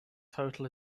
total